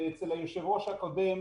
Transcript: אצל היושב ראש הקודם.